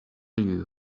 you